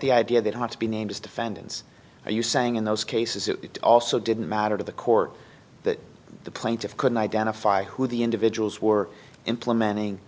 the idea they don't want to be named as defendants are you saying in those cases it also didn't matter to the court that the plaintiff couldn't identify who the individuals were implementing